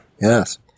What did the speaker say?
Yes